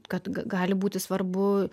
kad gali būti svarbu